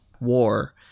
war